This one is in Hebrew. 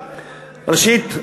ראשית,